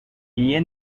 guíe